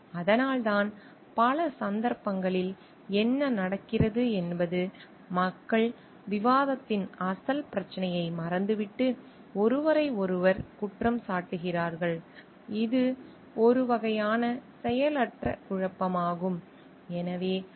அதனால்தான் பல சந்தர்ப்பங்களில் என்ன நடக்கிறது என்பது மக்கள் விவாதத்தின் அசல் பிரச்சினையை மறந்துவிட்டு ஒருவரையொருவர் குற்றம் சாட்டுகிறார்கள் இது ஒரு வகையான செயலற்ற குழப்பமாகும்